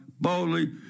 boldly